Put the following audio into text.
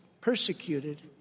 persecuted